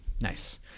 nice